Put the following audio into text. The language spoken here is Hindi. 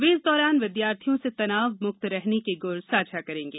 वे इस दौरान विद्यार्थयों से तनाव मुक्त रहने के गुर साझा करेंगे